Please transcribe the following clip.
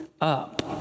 up